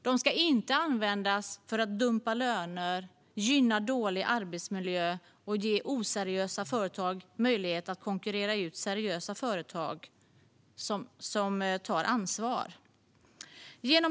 De ska inte användas för att dumpa löner, gynna dålig arbetsmiljö och ge oseriösa företag möjlighet att konkurrera ut seriösa företag som tar ansvar.